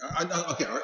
okay